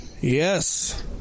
Yes